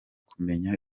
kumenya